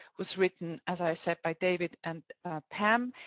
was written, as i said, by david and pam,